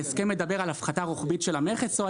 ההסכם מדבר על הפחתה רוחבית של המכס?